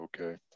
okay